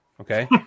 okay